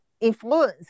influence